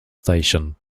station